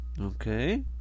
Okay